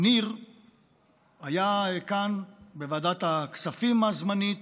ניר היה כאן, בוועדת הכספים הזמנית,